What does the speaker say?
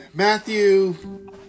Matthew